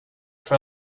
för